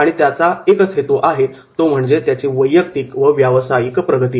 आणि त्याचा एकच हेतु आहे तो म्हणजे त्याची वैयक्तिक व व्यावसायिक प्रगती